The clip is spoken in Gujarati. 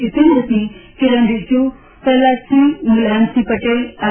જીતેન્દ્ર સિંહ કિરન રિજજ્ પ્રહલાદસિંહ મ્રલાયમસિંહ પટેલ આર